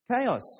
Chaos